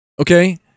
Okay